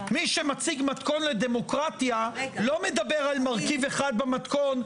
מי שמציג מתכון לדמוקרטיה לא מדבר על מרכיב אחד במתכון,